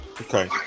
okay